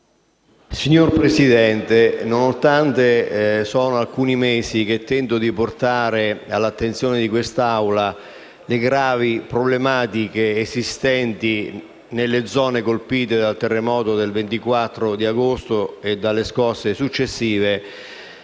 Signora Presidente, nonostante siano alcuni mesi che tento di portare all'attenzione di questa Assemblea le gravi problematiche esistenti nelle zone colpite dal terremoto del 24 agosto e dalle scosse successive,